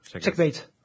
Checkmate